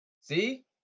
See